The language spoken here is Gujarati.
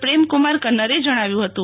પ્રેમકુમાર કન્નરે જણાવ્યું હતું